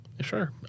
Sure